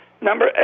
Number